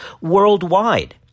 worldwide